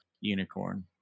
unicorn